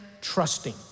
trusting